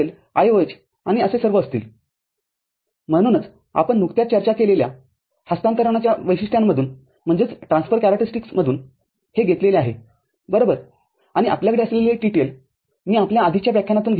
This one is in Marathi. म्हणूनच आपण नुकत्याच चर्चा केलेल्या हस्तांतरणाच्या वैशिष्ट्यांमधून हे घेतलेले आहे बरोबर आणि आपल्याकडे असलेले TTL मी आपल्या आधीच्या व्याख्यानातून घेतले आहे